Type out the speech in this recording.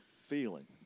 feeling